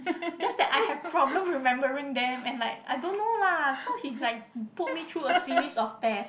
just that I have problem remembering them and like I don't know lah so he like put me through a series of test